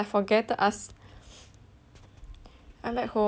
I'm at home then I realised